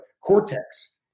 cortex